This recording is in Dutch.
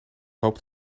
loopt